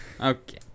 Okay